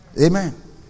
Amen